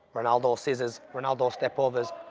ronaldo scissors, ronaldo step overs,